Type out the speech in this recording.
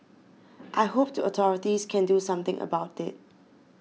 I hope the authorities can do something about it